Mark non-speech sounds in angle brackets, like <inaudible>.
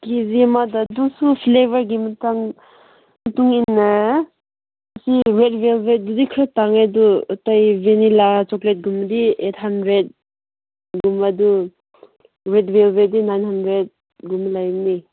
ꯀꯦ G ꯑꯃꯗ ꯑꯗꯨꯁꯨ ꯐ꯭ꯂꯦꯕꯔꯒꯤ ꯃꯇꯨꯡ ꯏꯟꯅ ꯑꯁꯤ <unintelligible> ꯈꯔ ꯇꯥꯡꯉꯦ ꯑꯗꯨ ꯑꯇꯩ ꯚꯦꯅꯤꯜꯂꯥ ꯆꯣꯀ꯭ꯂꯦꯠ ꯀꯨꯝꯕꯗꯤ ꯑꯩꯠ ꯍꯟꯗ꯭ꯔꯦꯗ ꯒꯨꯝꯕꯗꯨ <unintelligible> ꯅꯥꯏꯟ ꯍꯟꯗ꯭ꯔꯦꯗ ꯒꯨꯝꯕ ꯂꯩꯕꯅꯤ